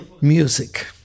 Music